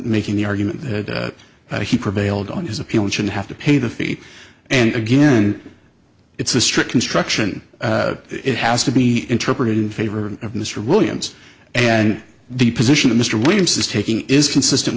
making the argument that he prevailed on his appeal should have to pay the fee and again it's a strict construction it has to be interpreted in favor of mr williams and the position of mr williams is taking is consistent